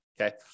okay